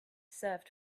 served